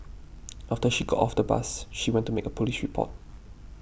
after she got off the bus she went to make a police report